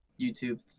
YouTube